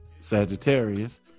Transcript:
Sagittarius